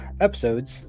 episodes